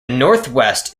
northwest